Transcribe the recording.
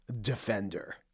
Defender